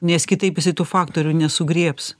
nes kitaip jisai tų faktorių nesugriebs